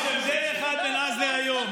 יש הבדל אחד בין אז להיום,